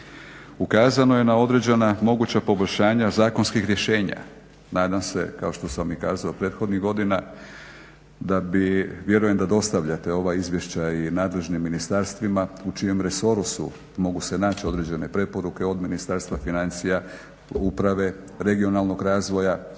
ukazano je na određena moguća poboljšanja zakonskih rješenja. Nadam se kao što sam i kazao prethodnih godina da bi vjerujem da dostavljate ova izvješća i nadležnim ministarstvima u čijem resoru su, mogu se naći određene preporuke od Ministarstva financija, uprave, regionalnog razvoja,